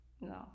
no